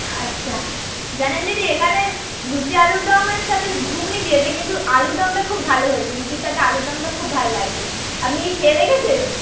আচ্ছা জানেন দিদি এখানে লুচি আলুরদমের সাথে ঘুগনি দিয়েছে কিন্তু আলুরদমটা খুব ভালো হয়েছে লুচির সাথে আলুরদমটা খুব ভাল লাগছে আপনি খেয়ে দেখেছেন